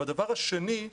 הדבר השני,